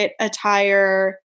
attire